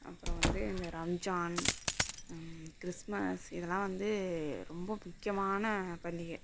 அப்புறம் வந்து இந்த ரம்ஜான் கிறிஸ்மஸ் இதெல்லாம் வந்து ரொம்ப முக்கியமான பண்டிகை